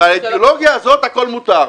לאידיאולוגיה הזאת הכול מותר.